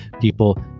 people